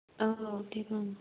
औ दे बुं